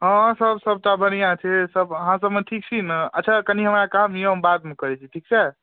हँ सभ सभटा बढ़िआँ छै सभ अहाँसभ ठीक छी ने अच्छा कनि हमरा काम यए हम बादमे करैत छी ठीक छै